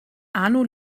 arno